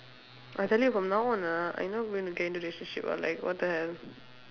I tell you from now on ah I not going to get into relationship ah like what the hell